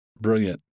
brilliant